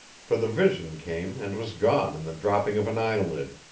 for the vision came and was gone in the dropping of an eyelid.